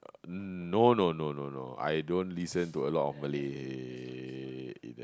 uh no no no no I don't listen to a lot of Malay band